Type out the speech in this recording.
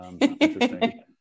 Interesting